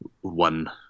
one